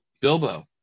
Bilbo